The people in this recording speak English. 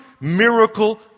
miracle